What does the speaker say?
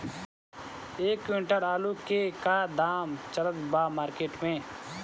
एक क्विंटल आलू के का दाम चलत बा मार्केट मे?